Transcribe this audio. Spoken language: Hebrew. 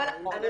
או שאני